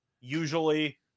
usually